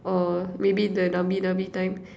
or maybe the nabi nabi time